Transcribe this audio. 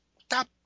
stop